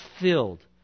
filled